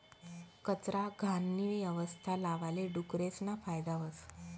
कचरा, घाणनी यवस्था लावाले डुकरेसना फायदा व्हस